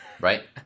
Right